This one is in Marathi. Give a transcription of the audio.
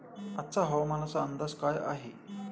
आजचा हवामानाचा अंदाज काय आहे?